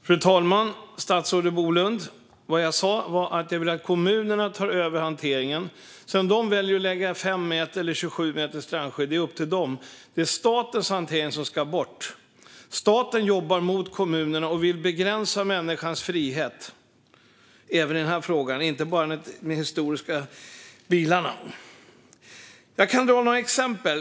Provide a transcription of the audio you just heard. Fru talman och statsrådet Bolund! Vad jag sa var att jag vill att kommunerna ska ta över hanteringen, och om de sedan väljer 5 eller 27 meters strandskydd är upp till dem. Det är statens hantering som ska bort. Staten jobbar emot kommunerna och vill begränsa människans frihet, även i denna fråga och inte bara när det gäller de historiska bilarna. Jag kan dra några exempel.